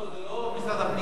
לא, זה לא משרד הפנים.